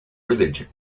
religion